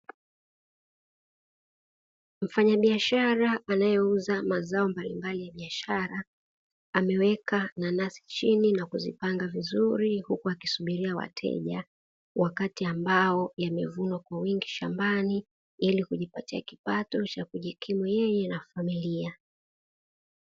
Mfanyabiashara anayeuza mazao mbalimbali ya biashara, ameweka nanasi chini na kuzipanga vizuri, huku akisubiria wateja. Wakati ambao yamevunwa kwa wingi shambani, ili kujipatia kipato cha kujikimu yeye na familia.